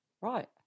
Right